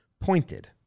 pointed